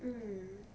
mm